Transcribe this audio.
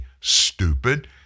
stupid